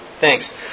thanks